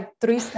three